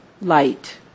light